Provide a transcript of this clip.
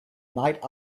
night